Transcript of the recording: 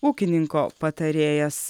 ūkininko patarėjas